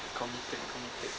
committed committed